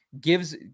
Gives